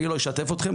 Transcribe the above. אני לא אשתף אתכם,